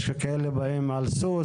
יש כאלה שבאים על סוס,